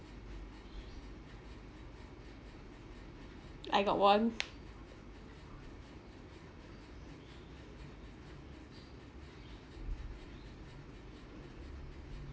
I got one